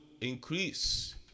increase